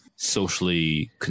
socially